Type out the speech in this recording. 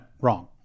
Wrong